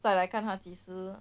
再来看他几时